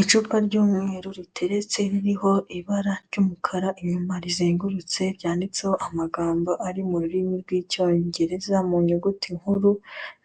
Icupa ry'umweru riteretse biriho ibara ry'umukara, inyuma rizengurutse byanditseho amagambo ari mu rurimi rw'Icyongereza mu nyuguti nkuru